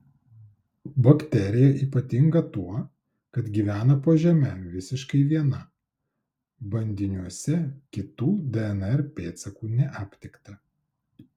bakterija ypatinga tuo kad gyvena po žeme visiškai viena bandiniuose kitų dnr pėdsakų neaptikta